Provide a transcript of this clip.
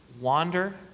wander